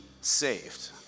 saved